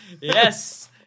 Yes